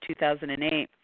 2008